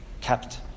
kept